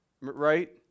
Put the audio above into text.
right